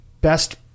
best